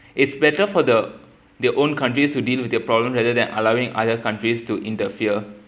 it's better for the their own countries to deal with their problems rather than allowing other countries to interfere